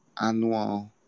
annual